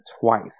twice